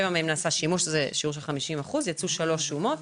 --- נעשה שימוש זה שיעור של 50%. יצאו שלוש שומות,